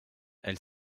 elle